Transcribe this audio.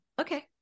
okay